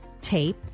tape